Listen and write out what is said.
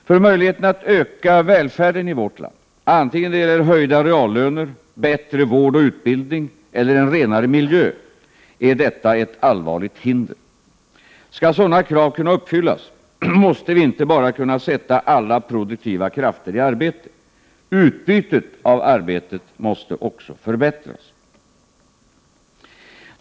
För möjligheterna att öka välfärden i vårt land, vare sig det gäller höjda reallöner, bättre vård och utbildning eller en renare miljö, är detta ett allvarligt hinder. Skall sådana krav kunna uppfyllas, måste vi inte bara kunna sätta alla produktiva krafter i arbete. Utbytet av arbetet måste också förbättras.